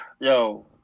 yo